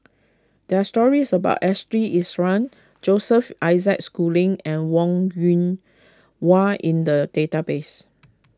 there are stories about Ashley Isham Joseph Isaac Schooling and Wong Yoon Wah in the database